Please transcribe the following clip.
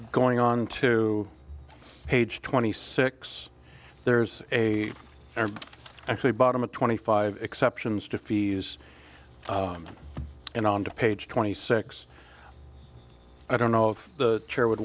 going onto page twenty six there's a actually bottom of twenty five exceptions to fees and on to page twenty six i don't know if the chair would